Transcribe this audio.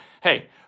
Hey